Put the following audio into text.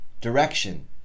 direction